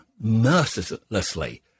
mercilessly